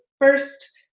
first